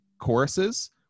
choruses